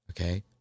Okay